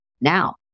now